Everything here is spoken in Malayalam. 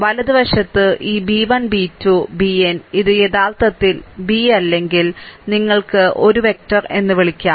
വലതുവശത്ത് ഈ b 1 b 2 bn ഇത് യഥാർത്ഥത്തിൽ b അല്ലെങ്കിൽ നിങ്ങൾക്ക് 1 വെക്റ്റർ എന്ന് വിളിക്കാം